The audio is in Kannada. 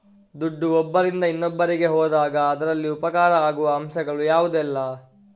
ದುಡ್ಡು ಒಬ್ಬರಿಂದ ಇನ್ನೊಬ್ಬರಿಗೆ ಹೋದಾಗ ಅದರಲ್ಲಿ ಉಪಕಾರ ಆಗುವ ಅಂಶಗಳು ಯಾವುದೆಲ್ಲ?